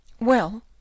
Well